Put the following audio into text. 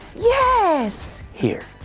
yes. here.